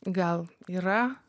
gal yra